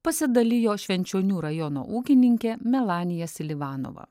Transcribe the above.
pasidalijo švenčionių rajono ūkininkė melanija silivanova